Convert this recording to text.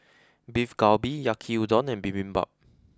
Beef Galbi Yaki Udon and Bibimbap